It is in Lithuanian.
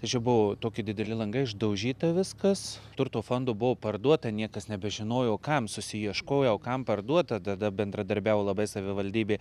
tai čia buvo tokie dideli langai išdaužyta viskas turto fondo buvo parduota niekas nebežinojo kam susiieškojo kam parduot tada dar bendradarbiavo labai savivaldybė